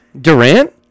Durant